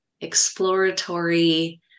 exploratory